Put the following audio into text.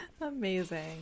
Amazing